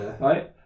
right